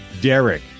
Derek